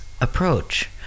approach